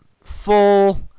full